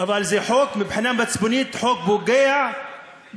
אבל זה חוק שמבחינה מצפונית הוא חוק שפוגע בערכים.